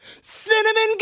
Cinnamon